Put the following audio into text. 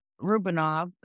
Rubinov